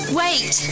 wait